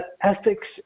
ethics